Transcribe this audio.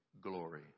glory